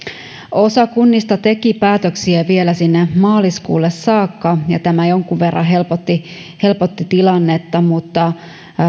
osa kunnista teki päätöksiä vielä sinne maaliskuulle saakka ja tämä jonkun verran helpotti tilannetta mutta